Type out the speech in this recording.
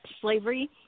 slavery